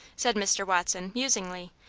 said mr. watson, musingly,